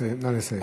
נא לסיים.